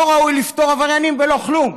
לא ראוי לפטור עבריינים בלא כלום,